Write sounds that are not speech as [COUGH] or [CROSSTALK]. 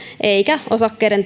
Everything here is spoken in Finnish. eikä osakkeiden [UNINTELLIGIBLE]